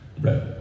Right